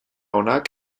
onak